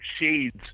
shades